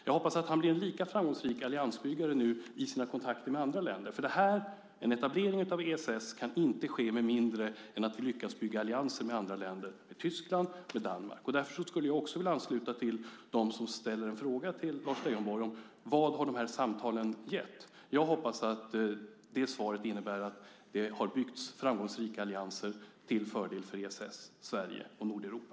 Jag hoppas att han blir en lika framgångsrik alliansbyggare i sina kontakter med andra länder. En etablering av ESS kan inte ske med mindre än att vi lyckas bygga allianser med andra länder, med Tyskland och med Danmark. Därför skulle jag också vilja ansluta till dem som ställer en fråga till Lars Leijonborg: Vad har de här samtalen gett? Jag hoppas att det svaret innebär att det har byggts framgångsrika allianser till fördel för ESS, Sverige och Nordeuropa.